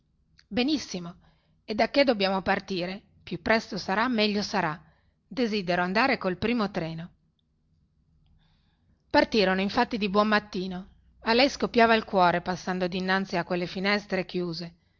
benissimo e giacchè dobbiamo partire più presto sarà meglio sarà desidero andare col primo treno partirono infatti di buon mattino a lei scoppiava il cuore passando dinanzi a quelle finestre chiuse